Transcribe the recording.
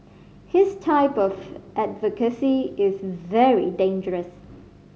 his type of advocacy is very dangerous